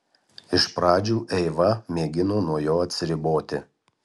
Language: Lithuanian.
iš pradžių eiva mėgino nuo jo atsiriboti